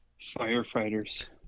Firefighters